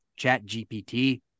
ChatGPT